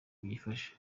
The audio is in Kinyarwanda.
byifashe